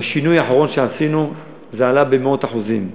בשינוי האחרון שעשינו זה עלה במאות אחוזים.